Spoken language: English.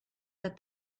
that